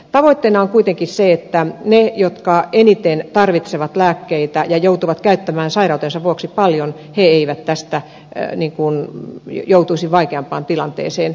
tavoitteena on kuitenkin se että ne jotka eniten tarvitsevat lääkkeitä ja joutuvat käyttämään niitä sairautensa vuoksi paljon eivät tästä joutuisi vaikeampaan tilanteeseen